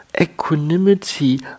equanimity